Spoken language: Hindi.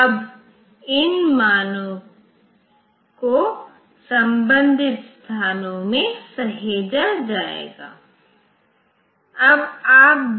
अब इन मानों को संबंधित स्थानों में सहेजा जाएगा